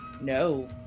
no